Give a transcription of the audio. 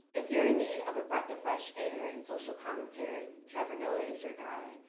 if you're in need of a breath of fresh air in social commentary, trevor noah is your guy.